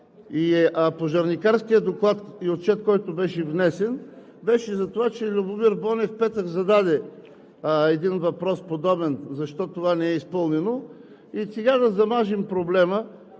пожарникарският доклад и отчет, който беше внесен, беше за това, че Любомир Бонев в петък зададе един подобен въпрос защо това не е изпълнено. Сега, за да замажем проблема,